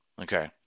okay